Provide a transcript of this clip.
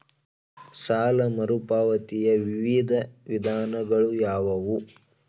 ಸಾಲ ಮರುಪಾವತಿಯ ವಿವಿಧ ವಿಧಾನಗಳು ಯಾವುವು?